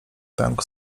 pękł